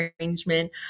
arrangement